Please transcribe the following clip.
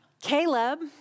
Caleb